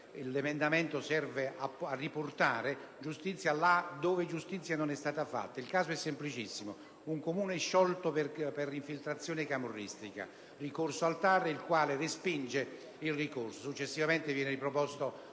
l'emendamento serve a riportare giustizia, laddove giustizia non è stata fatta. Il caso è semplicissimo: si tratta di un Comune sciolto per infiltrazione camorristica; segue il ricorso al TAR, il quale respinge il ricorso. Successivamente viene riproposto